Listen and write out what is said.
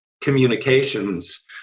communications